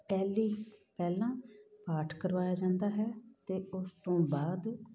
ਪਹਿਲੀ ਪਹਿਲਾਂ ਪਾਠ ਕਰਵਾਇਆ ਜਾਂਦਾ ਹੈ ਅਤੇ ਉਸ ਤੋਂ ਬਾਅਦ